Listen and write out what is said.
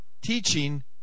teaching